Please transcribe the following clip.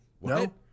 No